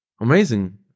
Amazing